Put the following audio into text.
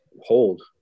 hold